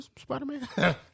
Spider-Man